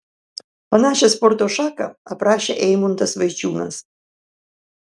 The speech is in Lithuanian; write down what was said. panašią sporto šaką aprašė eimuntas vaičiūnas